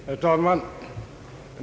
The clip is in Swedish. Herr talman!